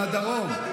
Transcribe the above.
הוא מהדרום.